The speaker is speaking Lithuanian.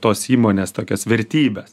tos įmonės tokias vertybes